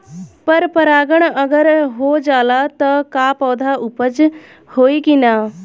पर परागण अगर हो जाला त का पौधा उपज होई की ना?